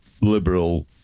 liberal